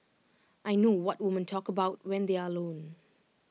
I know what women talk about when they are alone